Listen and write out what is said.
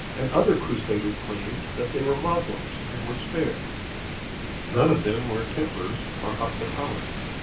and other crusaders claimed that they were moslems, and were spared none of them were templars or hospitallers.